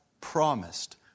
promised